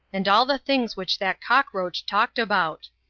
and all the things which that cockroach talked about.